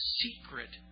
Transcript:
secret